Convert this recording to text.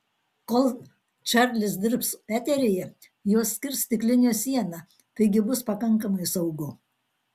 kol čarlis dirbs eteryje juos skirs stiklinė siena taigi bus pakankamai saugu